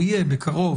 הוא יהיה בקרוב.